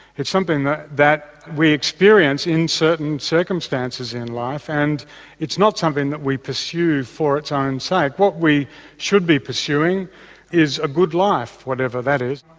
it's something that that we experience in certain circumstances in life and it's not something that we pursue for its own sake. what we should be pursuing is a good life whatever that is,